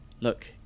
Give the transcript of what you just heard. look